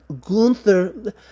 Gunther